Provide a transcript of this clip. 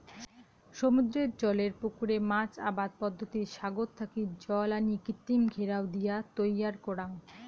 সমুদ্রের জলের পুকুরে মাছ আবাদ পদ্ধতিত সাগর থাকি জল আনি কৃত্রিম ঘেরাও দিয়া তৈয়ার করাং